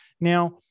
now